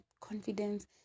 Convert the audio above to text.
confidence